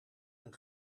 een